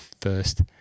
first